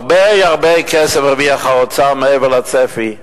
הרבה הרבה כסף הרוויח האוצר מעבר לצפי,